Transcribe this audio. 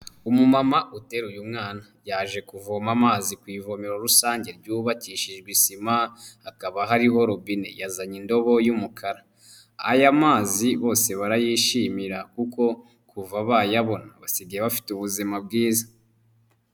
Umumama uteruye umwana yaje kuvoma amazi ku ivomero rusange ryubakishijwe isima hakaba hariho robine, yazanye indobo y'umukara aya mazi bose barayishimira kuko kuva bayabona basigaye bafite ubuzima bwiza.